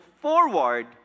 forward